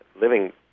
living